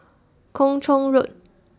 Kung Chong Road